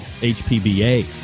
HPBA